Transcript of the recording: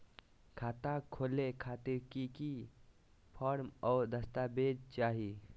खाता खोले खातिर की की फॉर्म और दस्तावेज चाही?